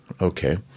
Okay